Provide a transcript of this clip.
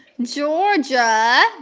Georgia